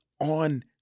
on